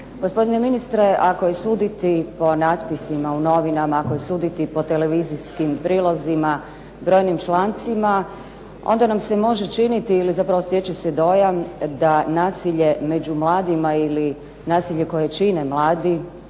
Gospodine ministre ako je suditi po napisima u novinama, ako je suditi po televizijskim prilozima, brojnim člancima, onda nam se može činiti ili zapravo stječe se dojam da nasilje među mladima ili nasilje koje čine mladi